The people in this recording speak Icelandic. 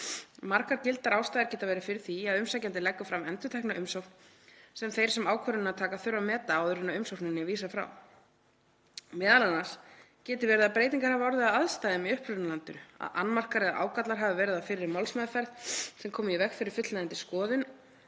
Margar gildar ástæður geta verið fyrir því að umsækjandi leggur fram endurtekna umsókn sem þeir sem ákvörðunina taka þurfa að meta áður en umsókninni er vísað frá. Meðal annars getur verið að breytingar hafi orðið á aðstæðum í upprunalandinu, að annmarkar eða ágallar hafi verið á fyrri málsmeðferð sem komu í veg fyrir fullnægjandi skoðun,